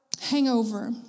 hangover